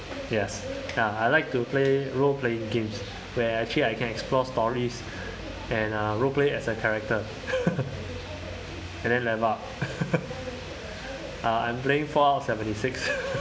yes I I like to play role playing games where I can actually explore stories and uh role play as a character and then level up uh I'm playing fallout seventy six